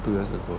two years ago